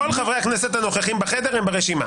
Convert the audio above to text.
כל חברי הכנסת הנוכחים בחדר הם ברשימה.